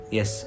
Yes